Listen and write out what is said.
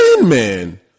man